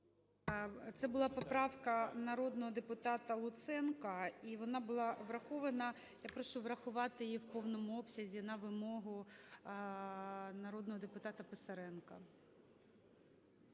Це була поправка народного депутата Луценка, і вона була врахована. Я прошу врахувати її в повному обсязі на вимогу народного депутата Писаренка.